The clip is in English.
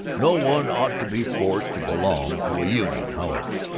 no one ought to be forced to belong to a union, however.